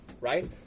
right